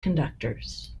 conductors